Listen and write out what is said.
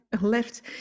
left